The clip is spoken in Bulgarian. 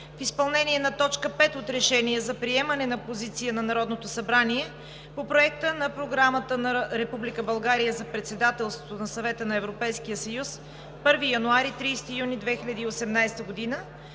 в изпълнение на точка пет от Решение за приемане на позиция на Народното събрание по Проекта на програмата на Република България за Председателството на Съвета на Европейския съюз 1 януари – 30 юни 2018 г.,